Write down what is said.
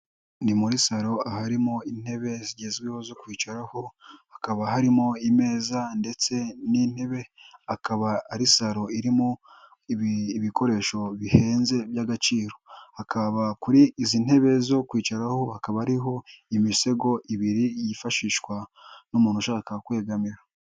Ni muri salo aharimo intebe zigezweho zo kwicaraho, hakaba harimo ameza ndetse n'intebe, akaba ari salo irimo ibikoresho bihenze by'agaciro, hakaba kuri izi ntebe zo kwicaraho hakaba hariho imisego ibiri yifashishwa n'umuntu ushaka kwegamira.